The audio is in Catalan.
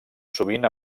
sovint